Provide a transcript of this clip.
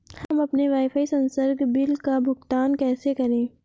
हम अपने वाईफाई संसर्ग बिल का भुगतान कैसे करें?